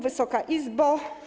Wysoka Izbo!